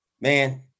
man